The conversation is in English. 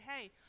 hey